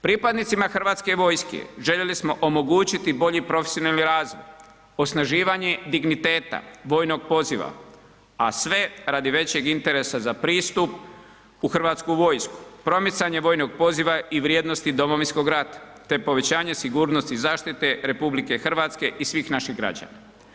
Pripadnicima HV-a željeli smo omogućiti bolji profesionalni razvoj, osnaživanje digniteta vojnog poziva, a sve radi većeg interesa za pristup u HV, promicanje vojnog poziva i vrijednosti Domovinskog rata, te povećanje sigurnosti i zaštite RH i svih naših građana.